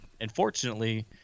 unfortunately